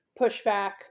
pushback